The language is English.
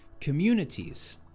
communities